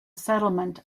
settlement